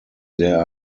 there